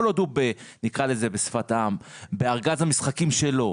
כל עוד הוא בארגז המשחקים שלו,